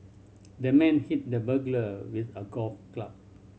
the man hit the burglar with a golf club